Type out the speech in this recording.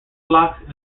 blocks